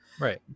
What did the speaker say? right